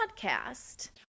podcast